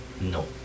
no